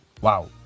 wow